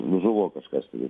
žuvo kažkas tai